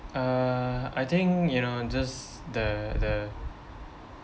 uh I think you know just the the